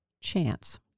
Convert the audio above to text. chance